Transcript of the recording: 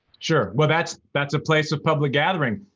sure, well that's that's a place of public gathering.